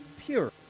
pure